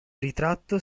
ritratto